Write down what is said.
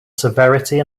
severity